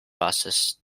bases